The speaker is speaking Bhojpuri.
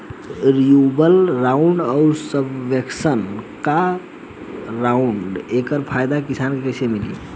रिन्यूएबल आउर सबवेन्शन का ह आउर एकर फायदा किसान के कइसे मिली?